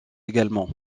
également